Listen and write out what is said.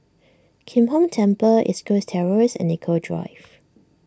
Kim Hong Temple East Coast Terrace and Nicoll Drive